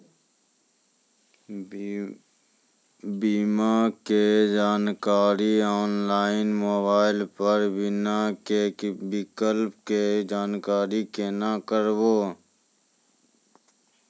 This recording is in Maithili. बीमा के जानकारी ऑनलाइन मोबाइल पर बीमा के विकल्प के जानकारी केना करभै?